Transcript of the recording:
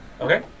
Okay